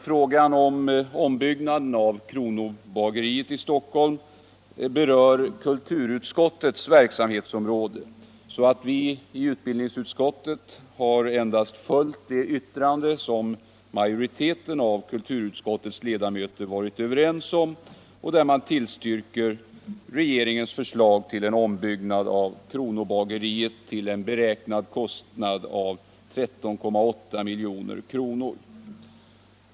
Frågan om ombyggnad av Kronobageriet i Stockholm berör kulturutskottets verksamhetsområde, och vi i utbildningsutskottet har endast följt det yttrande som majoriteten av kulturutskottets ledamöter varit överens om och där man tillstyrker regeringens förslag till en ombyggnad av Kronobageriet för en beräknad kostnad av 13,8 milj.kr.